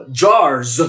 jars